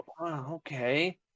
Okay